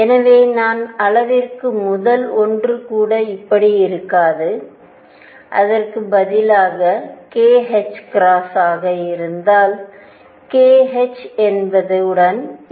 எனவே நான் அளவிற்கு முதல் ஒன்று கூட இப்படி இருக்காது அதற்கு பதிலாகkℏ ஆக இருந்தால் k h என்பது உடன்இருக்கும்